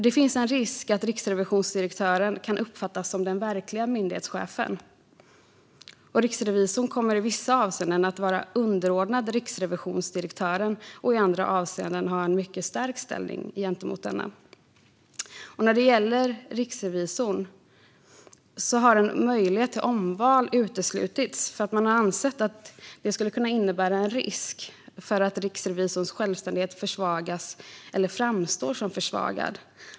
Det finns en risk att riksrevisionsdirektören kan uppfattas som den verkliga myndighetschefen. Riksrevisorn kommer i vissa avseenden att vara underordnad riksrevisionsdirektören och i andra avseenden ha en mycket stark ställning gentemot denna. När det gäller riksrevisorn har en möjlighet till omval uteslutits. Man har ansett att det skulle kunna innebära en risk för att riksrevisorns självständighet försvagas eller framstår som försvagad.